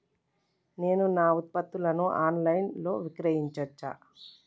నేను నా ఉత్పత్తులను ఆన్ లైన్ లో విక్రయించచ్చా?